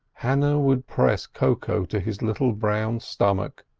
hannah would press koko to his little brown stomach,